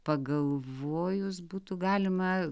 pagalvojus būtų galima